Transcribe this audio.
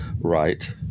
Right